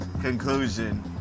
conclusion